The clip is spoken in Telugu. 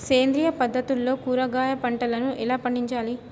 సేంద్రియ పద్ధతుల్లో కూరగాయ పంటలను ఎలా పండించాలి?